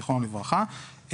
זכרונו לברכה,